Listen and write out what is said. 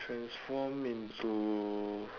transform into